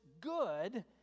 good